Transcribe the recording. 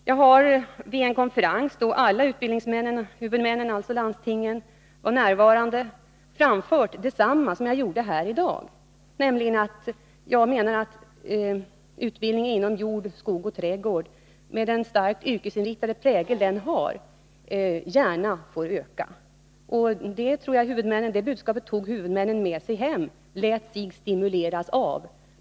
Jag har vid en konferens där alla utbildningshuvudmän, dvs. landstingen, var närvarande framfört detsamma som jag har sagt här i dag, nämligen att utbildningen inom sektorn jord, skog och trädgård, med den starkt yrkesinriktade prägel som den har, gärna får öka. Det budskapet tog huvudmännen med sig hem och lät sig stimuleras av.